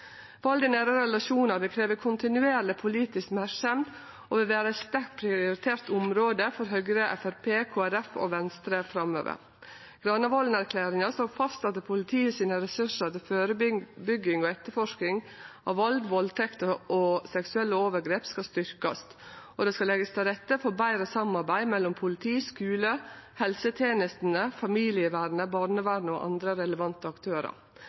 Vald i nære relasjonar vil krevje kontinuerleg politisk merksemd og vil vere eit sterkt prioritert område for Høgre, Framstegspartiet, Kristeleg Folkeparti og Venstre framover. Granavolden-plattforma slår fast at politiet sine ressursar til førebygging og etterforsking av vald, valdtekter og seksuelle overgrep skal styrkjast, og det skal leggjast til rette for betre samarbeid mellom politi, skule, helsetenestene, familievern, barnevern og andre relevante aktørar.